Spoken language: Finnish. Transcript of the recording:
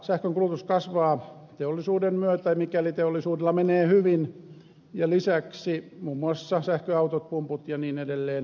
sähkönkulutus kasvaa teollisuuden myötä mikäli teollisuudella menee hyvin ja lisäksi muun muassa sähköautot pumput ja niin edelleen